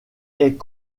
est